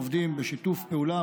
עובדים בשיתוף פעולה,